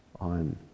on